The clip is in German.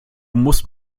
musst